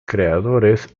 creadores